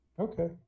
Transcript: Okay